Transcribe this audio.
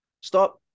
stop